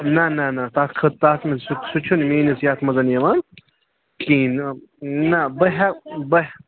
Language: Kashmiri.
نہَ نہَ نہَ تَتھ خٲطرٕ تَتھ نہٕ سُہ چھُنہٕ میٛٲنِس یَتھ منٛز یِوان کِہیٖنٛۍ نہَ نہَ بہٕ ہٮ۪کہٕ بہٕ